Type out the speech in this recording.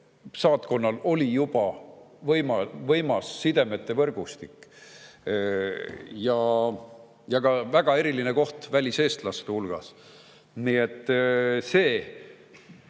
ära, et oli juba võimas sidemete võrgustik ja ka väga eriline koht väliseestlaste hulgas. Nii et see